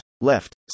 left